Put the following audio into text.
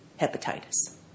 hepatitis